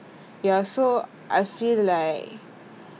ya so I feel like